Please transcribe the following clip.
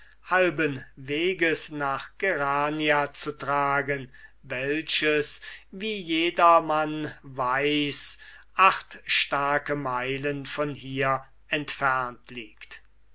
mantelsack halbenweges nach gerania zu tragen welches wie jedermann weiß acht starke meilen von hier entfernt liegt